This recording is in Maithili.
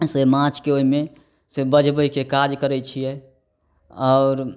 से माछके ओहिमेसे बझबैके काज करै छिए आओर